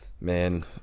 Man